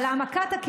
מה מפריע לך?